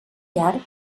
llarg